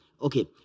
okay